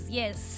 yes